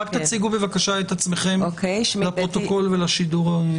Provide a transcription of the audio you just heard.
רק תציגו, בבקשה, את עצמכם לפרוטוקול ולשידור.